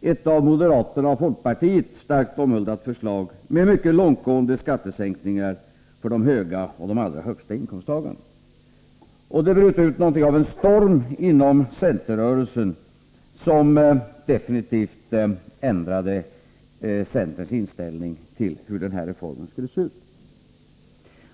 ett av moderaterna och folkpartiet starkt omhuldat förslag med mycket långtgående skattesänkningar för de höga och de allra högsta inkomsttagarna. Det bröt inom centerrörelsen ut något av en storm, som definitivt ändrade centerns inställning till hur den här reformen skulle se ut.